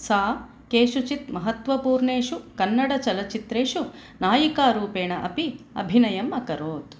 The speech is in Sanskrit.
सा केषुचित् महत्त्वपूर्णेषु कन्नडचलच्चित्रेषु नायिकारूपेण अपि अभिनयम् अकरोत्